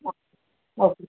ஆ okay